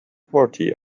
party